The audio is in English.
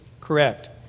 correct